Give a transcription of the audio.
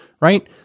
right